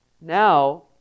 now